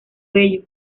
bello